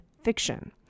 fiction